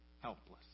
helpless